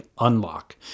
unlock